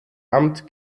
amt